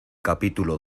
capítulo